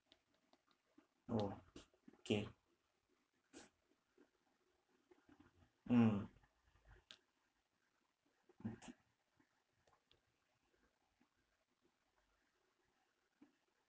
oh kay mm